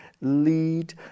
lead